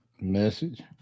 Message